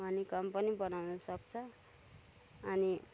honeycomb पनि बनाउन सक्छ अनि